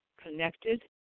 connected